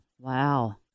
Wow